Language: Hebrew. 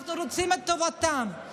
אנחנו רוצים את טובתם.